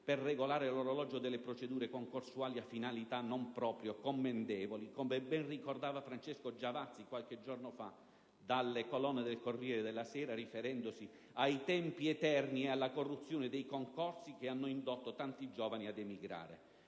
per regolare l'orologio delle procedure concorsuali per finalità non proprio commendevoli, come ben ricordava Francesco Giavazzi qualche giorno fa dalle colonne del «Corriere della Sera», riferendosi ai «tempi eterni e alla corruzione dei concorsi che hanno indotto tanti giovani ad emigrare».